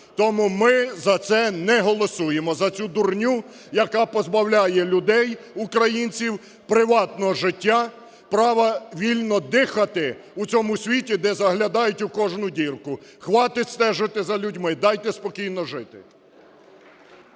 Тому ми за це не голосуємо, за цю дурню, яка позбавляє людей, українців приватного життя, права вільно дихати у цьому світі, де заглядають у кожну дірку. Хватить стежити за людьми, дайте спокійно жити.